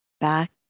back